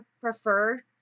prefer